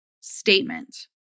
statement